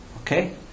Okay